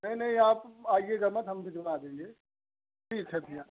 नहीं नहीं आप आइयेगा न हम दिला देंगे ठीक है भैया